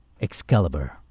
Excalibur